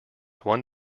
one